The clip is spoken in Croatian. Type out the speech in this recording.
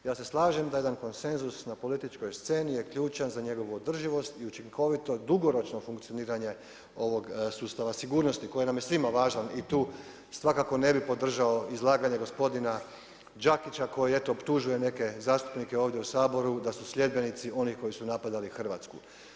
Ja se slažem da jedan konsenzus na političkoj sceni je ključan za njegovu održivost i učinkovito dugoročno funkcioniranje ovog sustava sigurnosti koje nam je svima važan i tu svakako ne bi podržao izlaganje gospodina Đakića koji je eto, optužuje neke zastupnike ovdje u Saboru da su sljedbenici onih koji su napadali Hrvatsku.